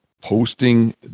posting